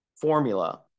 formula